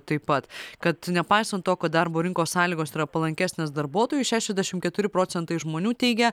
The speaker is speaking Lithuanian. taip pat kad nepaisan to kad darbo rinkos sąlygos yra palankesnės darbuotojui šešiasdešim keturi procentai žmonių teigia